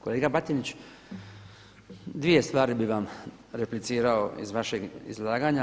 Kolega Batinić, dvije stvari bih vam replicirao iz vašeg izlaganja.